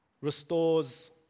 restores